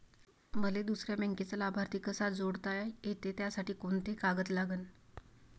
मले दुसऱ्या बँकेचा लाभार्थी कसा जोडता येते, त्यासाठी कोंते कागद लागन?